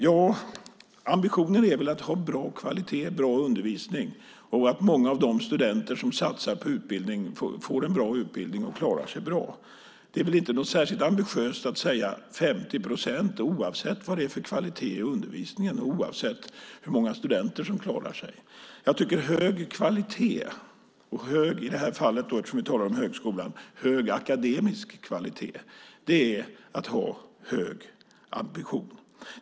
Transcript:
Ja, ambitioner är väl att ha bra kvalitet och bra undervisning och att många av de studenter som satsar på utbildning får en bra utbildning och klarar sig bra? Det är väl inte särskilt ambitiöst att prata om 50 procent oavsett vad det är för kvalitet i undervisningen och oavsett hur många studenter som klarar sig? Jag tycker att hög kvalitet, och i det här fallet, eftersom vi talar om högskolan, hög akademisk kvalitet, det är att ha hög ambition.